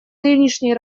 нынешней